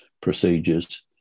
procedures